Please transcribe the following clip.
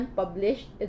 published